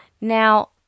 Now